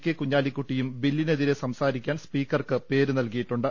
K കുഞ്ഞാലിക്കു ട്ടിയും ബില്ലിനെതിരെ സംസാരിക്കാൻ സ്പീക്കർക്ക് പേര് നൽകി യിട്ടുണ്ട്